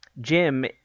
jim